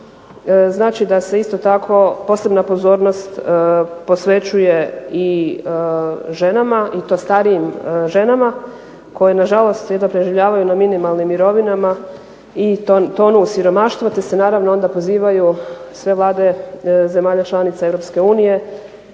Znači, da se isto tako posebna pozornost posvećuje i ženama i to starijim ženama koje nažalost jedva preživljavaju na minimalnim mirovinama i tonu u siromaštvo te se naravno onda pozivaju sve vlade zemalja članica EU